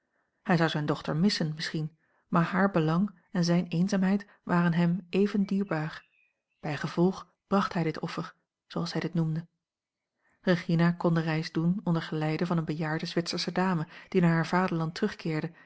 hij zou zijne dochter missen misschien maar haar belang en zijne eenzaamheid waren hem even dierbaar bijgevolg bracht hij dit offer zooals hij dit noemde regina kon de reis doen onder geleide van eene bejaarde zwitsersche dame die naar haar vaderland terugkeerde